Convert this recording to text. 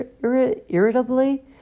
irritably